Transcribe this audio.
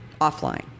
offline